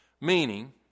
Meaning